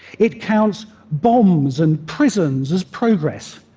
it counts bombs and prisons as progress.